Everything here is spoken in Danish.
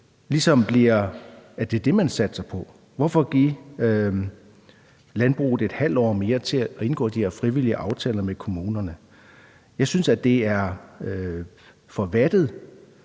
ligesom er det, man satser på. Hvorfor give landbruget et halvt år mere til at indgå de her frivillige aftaler med kommunerne? Jeg synes, at det er for vattet.